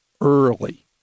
early